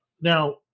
Now